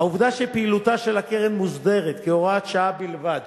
העובדה שפעילותה של הקרן מוסדרת כהוראת שעה בלבד